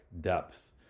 depth